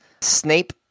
Snape